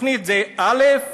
התוכנית היא, א.